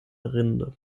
rinde